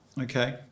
Okay